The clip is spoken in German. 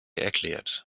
erklärt